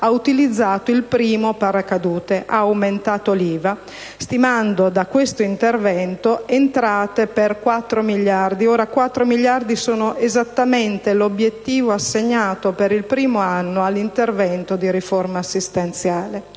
ha utilizzato il primo paracadute: ha aumentato l'IVA, stimando da questo intervento entrate per quattro miliardi, che sono esattamente l'obiettivo assegnato per il primo anno all'intervento di riforma assistenziale.